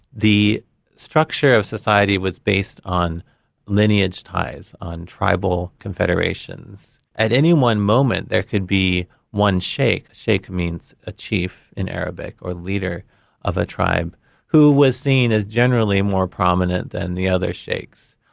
the structure of society was based on lineage ties, on tribal confederations. at any one moment there could be one sheikh sheikh means a chief in arabic, or leader of a tribe who was seen as generally more prominent than the other sheikhs.